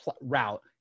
route